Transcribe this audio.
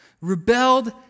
rebelled